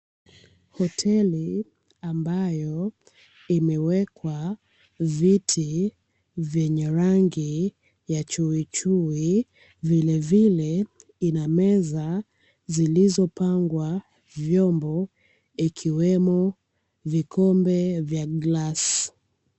Hoteli ambayo imewekwa viti vyenye rangi ya chuichui, vilevile inameza zilizopangwa vyombo ikiwemo vikombe vya glasi.